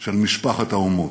של משפחת האומות.